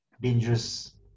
dangerous